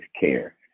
care